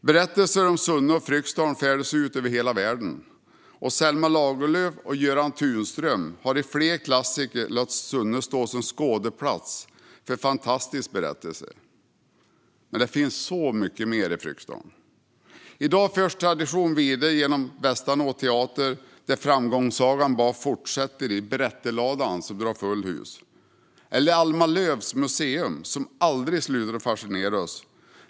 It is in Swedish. Berättelserna om Sunne och Fryksdalen färdas ut över hela världen. Selma Lagerlöf och Göran Tunström har i flera klassiker låtit Sunne stå som skådeplats för fantastiska berättelser. Men det finns så mycket mer i Fryksdalen. I dag förs traditionen vidare genom Västanå Teater där framgångssagan bara fortsätter i Berättarladan som drar fulla hus. Dessutom finns Alma Löv Museum som aldrig slutar att fascinera.